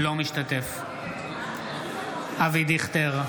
אינו משתתף בהצבעה אבי דיכטר,